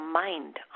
mind